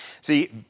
See